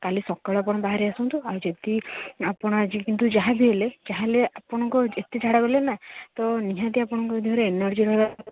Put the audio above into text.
କାଲି ସକାଳୁ ଆପଣ ବାହାରି ଆସନ୍ତୁ ଆଉ ଯଦି ଆପଣ ଆଜି କିନ୍ତୁ ଯାହା ବି ହେଲେ ଯାହା ହେଲେ ଆପଣଙ୍କ ଯେତେ ଝାଡ଼ା ଗଲେଣି ନା ତ ନିହାତି ଆପଣଙ୍କୁ ଦେହରେ ଏନର୍ଜି ରହିବା